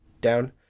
down